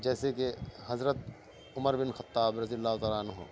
جیسے کہ حضرت عمر بن خطاب رضی اللّہ تعالیٰ عنہ